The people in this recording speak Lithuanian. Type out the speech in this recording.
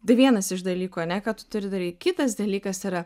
tai vienas iš dalykų ane ką tu turi daryt kitas dalykas yra